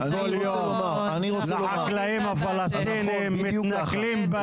כל יום לחקלאים הפלסטינים ומתנכלים אליהם.